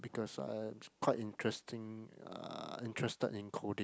because I'm quite interesting uh interested in coding